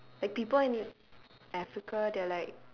like people in africa they're like